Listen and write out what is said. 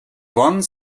one